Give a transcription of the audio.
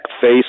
face